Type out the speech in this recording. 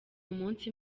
umunsi